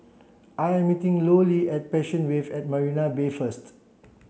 I am meeting Lollie at Passion Wave at Marina Bay first